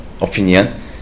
opinion